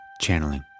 Channeling